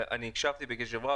אני הקשבתי בקשב רב,